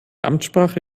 amtssprache